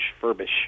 Furbish